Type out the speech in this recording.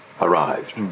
arrived